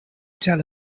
tell